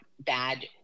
bad